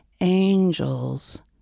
angels